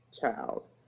child